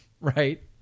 right